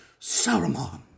Saruman